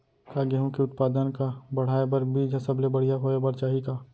का गेहूँ के उत्पादन का बढ़ाये बर बीज ह सबले बढ़िया होय बर चाही का?